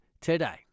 today